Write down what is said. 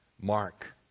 mark